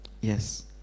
Yes